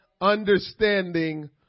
Understanding